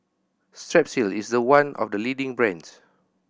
Strepsils is one of the leading brands